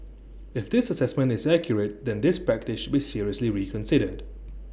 if this Assessment is accurate then this practice should be seriously reconsidered